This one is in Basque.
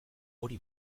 hori